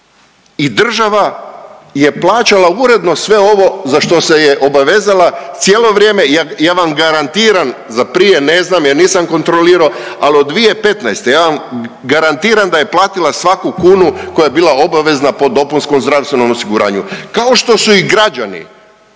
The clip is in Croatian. i država je plaćala uredno sve ovo za što se je obavezala cijelo vrijeme, ja vam garantiram, za prije ne znam jer nisam kontrolirao, ali od 2015. ja vam garantiram da je platila svaku kunu koja je bila obavezna po dopunskom zdravstvenom osiguranju. Kao što su i građani